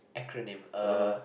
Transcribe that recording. acronym uh